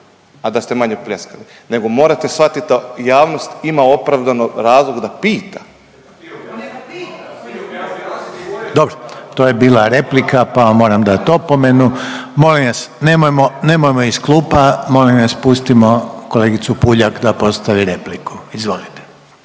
a da ste manje pljeskali nego morate svatit, javnost ima opravdano razlog da pita. **Reiner, Željko (HDZ)** Dobro, to je bila replika pa vam moram dati opomenu. Molim vas nemojmo iz klupa, molim vas pustimo kolegicu Puljak da postavi repliku. Izvolite.